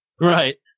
Right